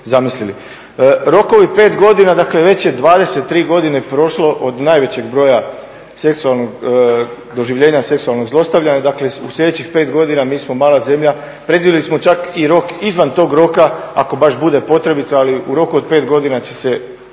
zamislili. Rokovi 5 godina, dakle već je 23 godine prošlo od najvećeg broja doživljenja seksualnog zlostavljanja, dakle u sljedećih 5 godina, mi smo mala zemlja, predvidjeli smo čak i rok izvan tog roka ako baš bude potrebito, ali u roku od 5 godina će se